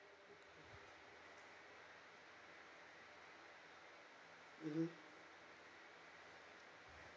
mmhmm